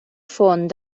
font